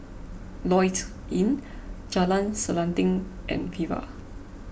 Lloyds Inn Jalan Selanting and Viva